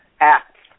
acts